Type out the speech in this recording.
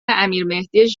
امیرمهدی